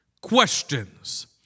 Questions